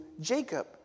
Jacob